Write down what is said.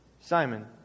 Simon